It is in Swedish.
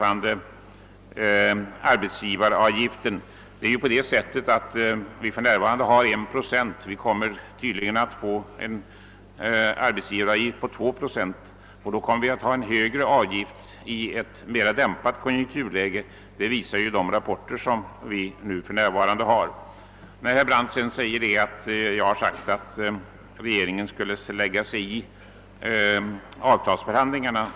Arbetsgivaravgiften är för närvarande 1 procent men föreslås nu bli 2 procent. I så fall kommer vi att ha en högre avgift i ett mera dämpat konjunkturläge; det visar de rapporter som vi nu fått. Herr Brandt hävdar vidare att jag har sagt att regeringen ämnar lägga sig i avtalsförhandlingarna.